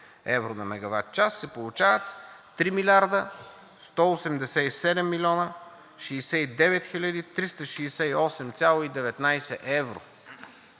евро на мегаватчас, се получават 3 млрд. 187 млн. 69 хил. 368,19 евро.